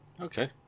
Okay